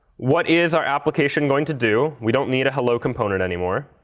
what is our application going to do? we don't need a hello component anymore.